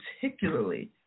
particularly